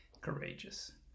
Courageous